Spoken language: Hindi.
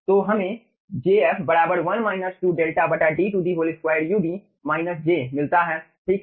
तो हमें jf 1 2𝛿∞ D 2 ub j मिलता है ठीक है